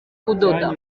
kudoda